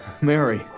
mary